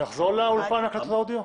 שנחזור לאולפן הקלטות אודיו?